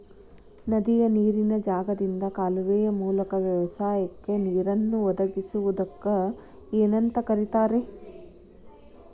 ನದಿಯ ನೇರಿನ ಜಾಗದಿಂದ ಕಾಲುವೆಯ ಮೂಲಕ ವ್ಯವಸಾಯಕ್ಕ ನೇರನ್ನು ಒದಗಿಸುವುದಕ್ಕ ಏನಂತ ಕರಿತಾರೇ?